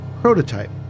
prototype